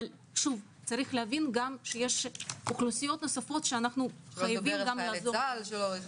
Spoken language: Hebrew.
אבל צריך גם להבין שיש אוכלוסיות נוספות -- וגם חיילי צה"ל.